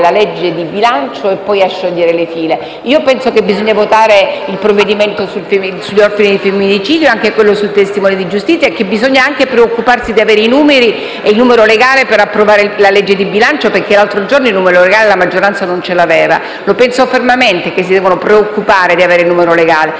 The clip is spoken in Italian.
di legge di bilancio e poi a sciogliere le fila. Bisogna votare il provvedimento sugli orfani da femminicidio e anche quello sui testimoni di giustizia e preoccuparsi di avere i numeri e il numero legale per approvare il disegno di legge di bilancio, perché l'altro giorno la maggioranza non l'aveva. Penso fermamente che si debbano preoccupare di avere il numero legale,